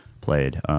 played